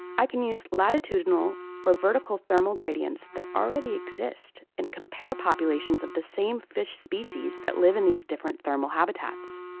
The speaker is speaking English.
i can use latitudinal or vertical thermal gradients that already exist and compare populations of the same fish species that live in these different thermal habitats.